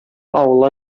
авылга